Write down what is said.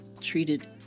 treated